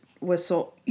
whistle